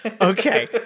Okay